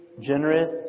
generous